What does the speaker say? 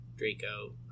Draco